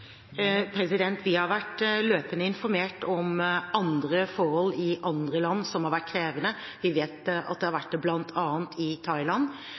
Vi har blitt løpende informert om andre forhold i andre land som har vært krevende. Vi vet at det har vært tilfelle bl.a. i